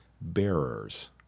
bearers